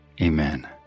Amen